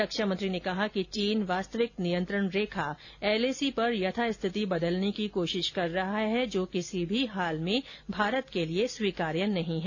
रक्षामंत्री ने कहा कि चीन वास्तविक नियंत्रण रेखा एलएसी पर यथास्थिति बदलने की कोशिश कर रहा है जो किसी भी हाल में भारत के लिए स्वीकार्य नहीं है